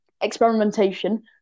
experimentation